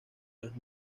los